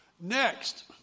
Next